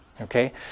Okay